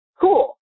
cool